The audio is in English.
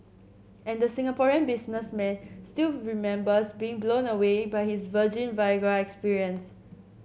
and the Singaporean businessman still remembers being blown away by his virgin Viagra experience